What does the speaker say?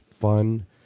fun